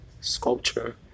sculpture